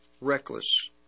reckless